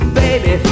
baby